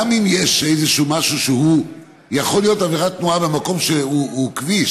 גם אם יש משהו שיכול להיות עבירת תנועה במקום שהוא כביש,